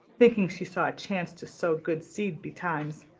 thinking she saw a chance to sow good seed betimes.